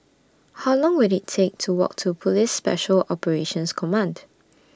How Long Will IT Take to Walk to Police Special Operations Command